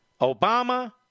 Obama